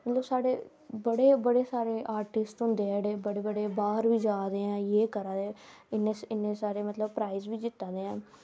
मतलव साढ़े बड़े सारे आर्टिस्ट होंदे जेह्ड़े बड़े बड़े बाह्र बी जा दे ऐं जे करा दे इन्ने सारे मतलव पराईज़ बी जित्ता दे ऐं